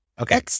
Okay